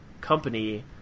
company